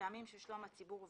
מטעמים של שלום הציבור וביטחונו,